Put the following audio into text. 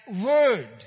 word